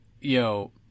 Yo